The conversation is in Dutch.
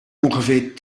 ongeveer